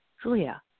Julia